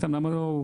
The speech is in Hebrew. סתם, למה לא?